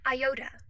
Iota